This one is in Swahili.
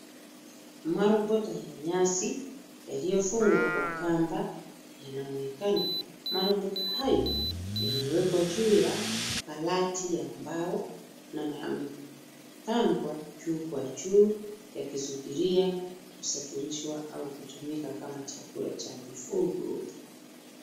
Marobota ya nyasi, yaliyofungwa kwa kamba yanaonekana. Marobota hayo, yamewekwa juu ya barati ya mbao, yamepangwa juu kwa juu yakisubiria kusafirishwa au kutumika kama chakula cha mifugo.